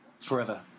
forever